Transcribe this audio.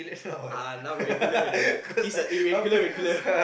ah now regular he's a irregular regular